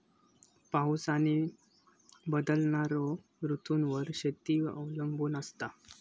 पाऊस आणि बदलणारो ऋतूंवर शेती अवलंबून असता